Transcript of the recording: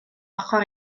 ochr